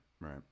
right